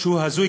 שהוא הזוי,